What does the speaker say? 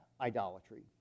idolatry